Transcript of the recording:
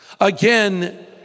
Again